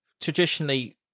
traditionally